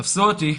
תפסו אותי,